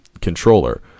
controller